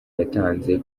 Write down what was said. yatanze